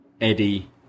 Eddie